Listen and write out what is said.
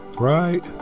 right